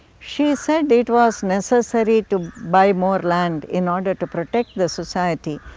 she said it was necessary to buy more land in order to protect the society.